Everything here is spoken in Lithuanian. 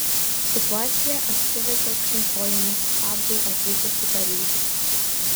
situacija apsivertė aukštyn kojomis pablui atvykus į paryžių